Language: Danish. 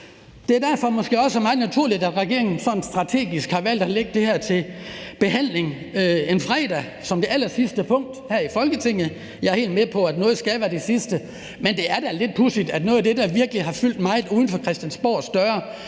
Det er derfor måske også meget naturligt, at regeringen sådan strategisk har valgt at sætte det her til behandling en fredag som det allersidste punkt her i Folketingssalen. Jeg er helt med på, at noget skal være det sidste, men det er da lidt pudsigt, at noget af det, der virkelig har fyldt meget uden for Christiansborgs mure